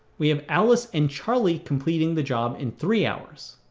we have alice and charlie completing the job in three hours.